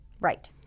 Right